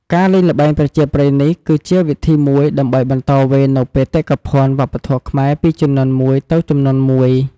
ការលេងល្បែងប្រជាប្រិយបែបនេះ គឺជាវិធីមួយដើម្បីបន្តវេននូវបេតិកភណ្ឌវប្បធម៌ខ្មែរពីជំនាន់មួយទៅជំនាន់មួយ។